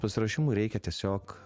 pasiruošimui reikia tiesiog